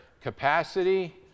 capacity